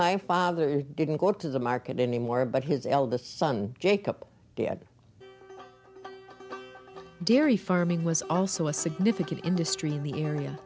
my father didn't go to the market anymore but his eldest son jake up did dairy farming was also a significant industry in the area